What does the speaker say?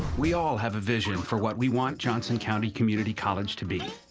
we all have a vision for what we want johnson county community college to be.